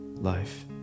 life